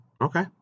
Okay